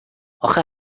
آخه